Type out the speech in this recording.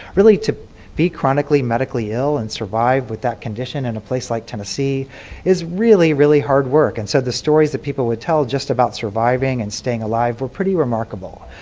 really to be chronically medically ill and survive with that condition in a place like tennessee is really really hard work. and so the stories that people would tell just about surviving and staying alive were pretty remarkable.